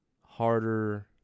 harder